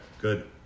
good